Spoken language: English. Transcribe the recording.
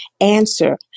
answer